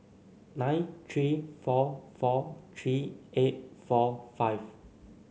nine three four four three eight four five